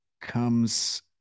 comes